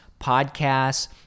podcasts